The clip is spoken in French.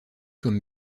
comme